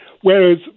whereas